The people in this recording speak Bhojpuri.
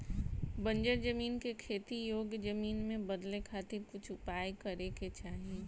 बंजर जमीन के खेती योग्य जमीन में बदले खातिर कुछ उपाय करे के चाही